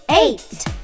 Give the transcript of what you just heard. eight